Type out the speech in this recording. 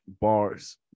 Bars